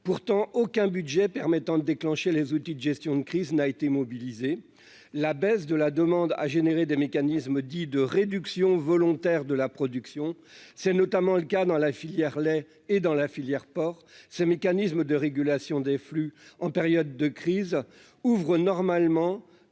pourtant aucun budget permettant de déclencher les outils de gestion de crise n'a été mobilisé, la baisse de la demande à générer des mécanismes dits de réduction volontaire de la production, c'est notamment le cas dans la filière lait et dans la filière porc ce mécanisme de régulation des flux en période de crise ouvrent normalement